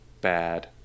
bad